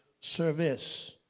service